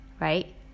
right